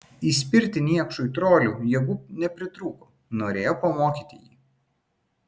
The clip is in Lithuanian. įspirti niekšui troliui jėgų nepritrūko norėjo pamokyti jį